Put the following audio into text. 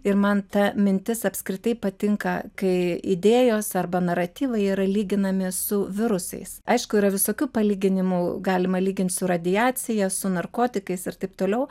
ir man ta mintis apskritai patinka kai idėjos arba naratyvai yra lyginami su virusais aišku yra visokių palyginimų galima lyginti su radiacija su narkotikais ir taip toliau